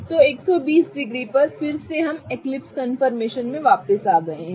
तो 120 डिग्री पर फिर से हम एक्लिप्स कन्फर्मेशन में वापस आ गए हैं